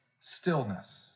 stillness